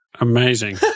Amazing